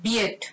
beard